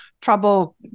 trouble